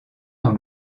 dans